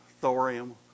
thorium